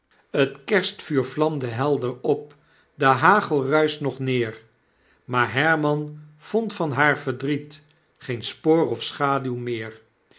het kerstvuur vlamde helder op de hagel ruischt nog neer maar herman vond van haar verdriet geen spoor of schaduw meer